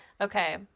okay